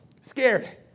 scared